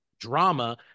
drama